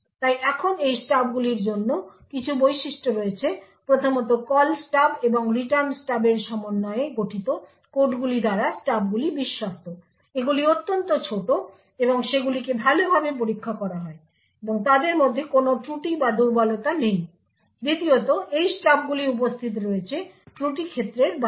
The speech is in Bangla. তাই এখন এই স্টাবগুলির জন্য কিছু বৈশিষ্ট্য রয়েছে প্রথমত কল স্টাব এবং রিটার্ন স্টাবের সমন্বয়ে গঠিত কোডগুলি দ্বারা স্টাবগুলি বিশ্বস্ত এগুলি অত্যন্ত ছোট এবং সেগুলিকে ভালভাবে পরীক্ষা করা হয় এবং তাদের মধ্যে কোনও ত্রুটি বা দুর্বলতা নেই দ্বিতীয়ত এই স্টাবগুলি উপস্থিত রয়েছে ত্রুটি ক্ষেত্রের বাইরে